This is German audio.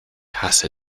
hasse